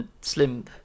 slim